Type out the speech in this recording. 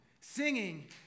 singing